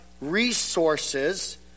resources